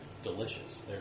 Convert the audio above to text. Delicious